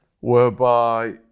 whereby